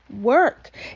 work